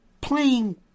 playing